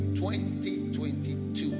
2022